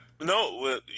No